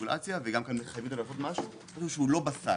והרגולציה ומחייבים אותם לעשות משהו שאינו בסל,